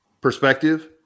perspective